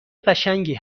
قشنگی